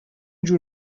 جور